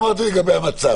לא אמרתי לגבי המצב.